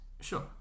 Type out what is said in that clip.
Sure